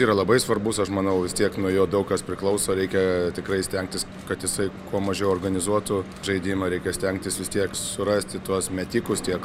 yra labai svarbus aš manau vis tiek nuo jo daug kas priklauso reikia tikrai stengtis kad jisai kuo mažiau organizuotų žaidimą reikia stengtis vis tiek surasti tuos metikus tiek